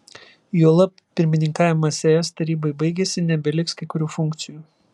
juolab pirmininkavimas es tarybai baigėsi nebeliks kai kurių funkcijų